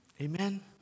Amen